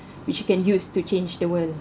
which you can use to change the world